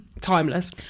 timeless